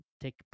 take